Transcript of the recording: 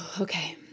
okay